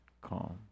calm